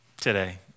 today